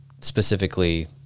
specifically